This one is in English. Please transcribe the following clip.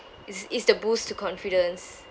is is the boost to confidence